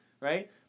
right